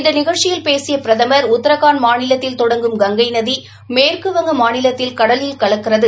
இந்த நிகழ்ச்சியில் பேசிய பிரதமா் உத்ரகாண்ட் மாநிலத்தில் தொடங்கும் கங்கை நதி மேற்குவங்க மாநிலத்தில் கடலில் கலக்கிறது